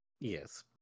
Yes